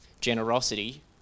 Generosity